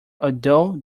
although